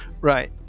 Right